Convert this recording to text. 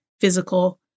physical